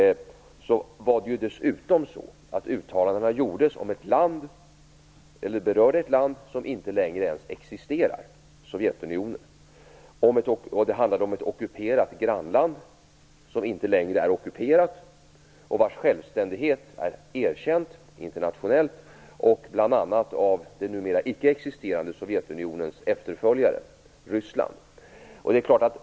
Dessutom berörde uttalandena ett land som inte längre existerar, Sovjetunionen, och det handlade om ett ockuperat grannland som inte längre är ockuperat och vars självständighet är internationellt erkänd av bl.a. det numera icke existerande Sovjetunionens efterföljare Ryssland.